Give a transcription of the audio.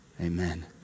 Amen